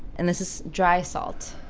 and this is dry salt.